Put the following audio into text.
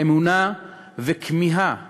אמונה וכמיהה